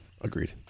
Agreed